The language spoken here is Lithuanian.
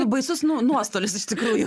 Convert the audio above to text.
baisus nu nuostolis iš tikrųjų